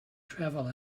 travel